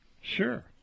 Sure